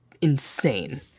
insane